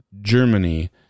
Germany